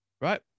right